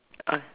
uh